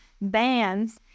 bands